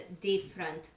different